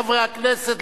חברי הכנסת,